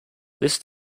this